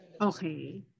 Okay